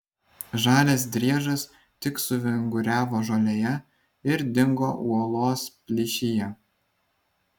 žalias driežas tik suvinguriavo žolėje ir dingo uolos plyšyje